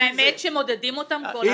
האמת היא שמודדים אותם כל הזמן.